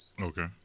Okay